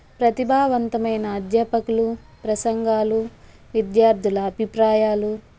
ప్రతిభావంతమైన అధ్యాపకులు ప్రసంగాలు విద్యార్థుల అభిప్రాయాలు